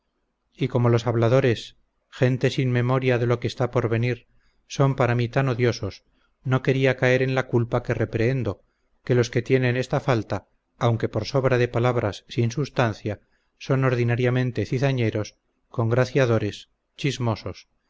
y como los habladores gente sin memoria de lo que está por venir son para mí tan odiosos no quería caer en la culpa que reprehendo que los que tienen esta falta aunque por sobra de palabras sin sustancia son ordinariamente cizañeros congraciadores chismosos